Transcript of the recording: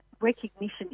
recognition